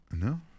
No